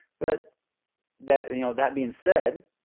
but that, you know, that being said,